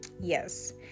Yes